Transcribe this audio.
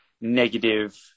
negative